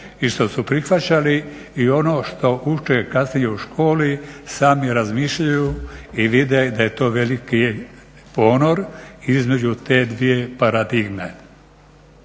što su prihvaćali i ono što uče kasnije u školi, sami razmišljaju i vide da je to veliki ponor između te dvije paradigme.